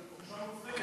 תחושה מוצדקת.